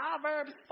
Proverbs